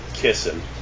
kissing